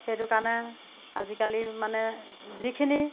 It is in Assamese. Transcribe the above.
সেইটো কাৰণে আজিকালি মানে যিখিনি